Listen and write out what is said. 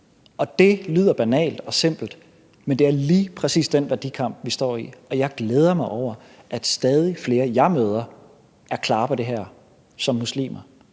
Og det lyder banalt og simpelt, men det er lige præcis den værdikamp, vi står i, og jeg glæder mig over, at stadig flere af dem, jeg møder, er klare på det her som muslimer.